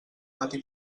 pati